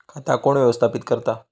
खाता कोण व्यवस्थापित करता?